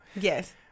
Yes